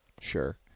Sure